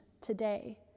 today